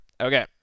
Okay